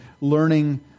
learning